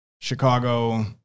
Chicago